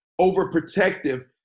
overprotective